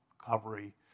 recovery